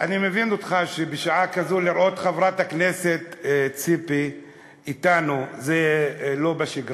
אני מבין אותך שבשעה כזאת לראות את חברת הכנסת ציפי אתנו זה לא בשגרה,